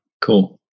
Cool